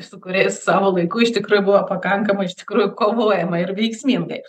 su kuriais savo laiku iš tikrųjų buvo pakankamai iš tikrųjų kovojama ir veiksmingai